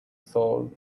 soul